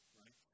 right